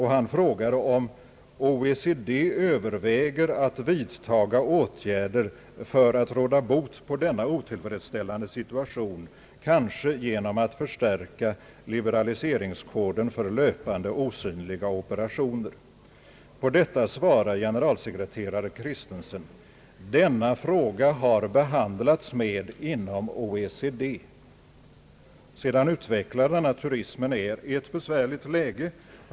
Han frågade om OECD överväger att vidta åtgärder för att råda bot på denna otillfredsställande situation, kanske genom att förstärka liberaliseringskoden för löpande osynliga operationer. På detta svarade generalsekreterare Kristensen: »Denna fråga har behandlats inom OECD.» Därefter utvecklar han spörsmålet om att turismen är i ett besvärligt läge.